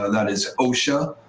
ah that is, osha,